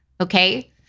Okay